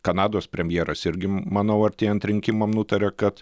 kanados premjeras irgi manau artėjant rinkimam nutarė kad